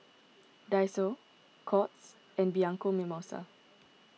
Daiso Courts and Bianco Mimosa